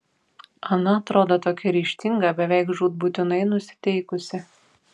ana atrodo tokia ryžtinga beveik žūtbūtinai nusiteikusi